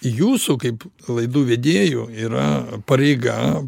jūsų kaip laidų vedėjų yra pareiga